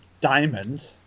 diamond